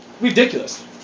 Ridiculous